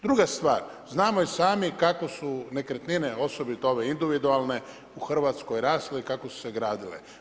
Druga stvar, znamo i sami kako su nekretnine osobito ove individualne u Hrvatskoj rasle i kako su se gradile.